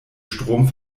strom